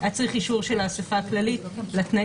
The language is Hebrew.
היה צריך אישור של האסיפה הכללית לתנאים